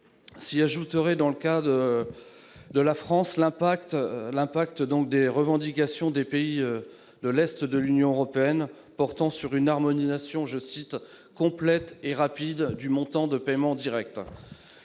s'y ajouterait, dans le cas de la France, l'impact des revendications des pays de l'est de l'Union européenne qui portent sur une harmonisation « complète et rapide » du montant des paiements directs.